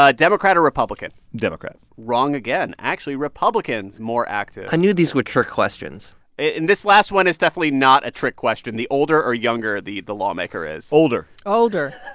ah democrat or republican? democrat wrong again actually, republicans more active i knew these were trick questions and this last one is definitely not a trick question the older or younger the the lawmaker is? older older,